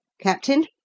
Captain